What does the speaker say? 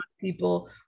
people